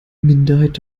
minderheit